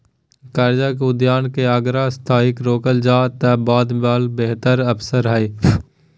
कर्जा के अदायगी के अगर अस्थायी रोकल जाए त बाद वला में बेहतर अवसर हइ